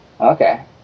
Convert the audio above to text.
Okay